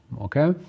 okay